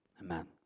Amen